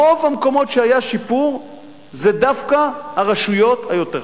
רוב המקומות שהיה בהם שיפור,